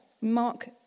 Mark